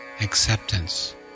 acceptance